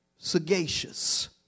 Sagacious